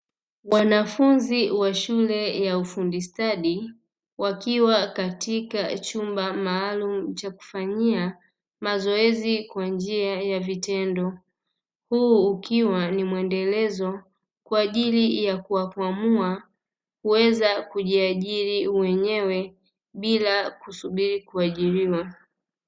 Wanafunzi wa shule ya ufundi stadi wakiwa katika chumba maalumu cha kufanyia mazoezi kwa njia ya vitendo, huu ukiwa mwendelezo kwa ajili ya kuwakwamua kuweza kujiajiri wenyewe bila kusubiri kuajiriwa.